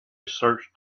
searched